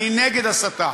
אני נגד הסתה,